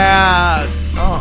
Yes